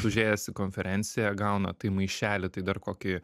užėjęs į konferenciją gauna tai maišelį tai dar kokį